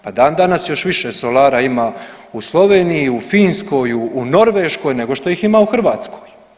Pa dan danas još više solara ima u Sloveniji, u Finskoj, u Norveškoj nego što ih ima u Hrvatskoj.